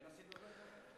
לכן עשינו דרכון ביומטרי.